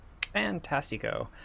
fantastico